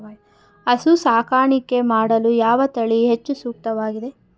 ಹಸು ಸಾಕಾಣಿಕೆ ಮಾಡಲು ಯಾವ ತಳಿ ಹೆಚ್ಚು ಸೂಕ್ತವಾಗಿವೆ?